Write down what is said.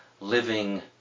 Living